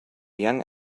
young